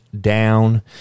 down